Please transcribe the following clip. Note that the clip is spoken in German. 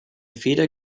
feder